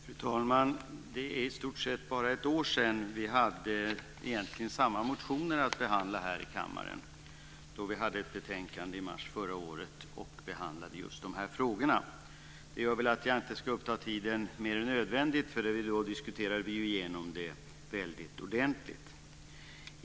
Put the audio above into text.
Fru talman! Det är i stort sett bara ett år sedan vi hade ungefär samma motioner att behandla här i kammaren. Vi behandlade ett betänkande om just de här frågorna i mars förra året. Det gör att jag inte vill uppta tiden mer än nödvändigt, för då diskuterade vi igenom det väldigt ordentligt.